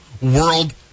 world